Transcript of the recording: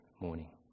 morning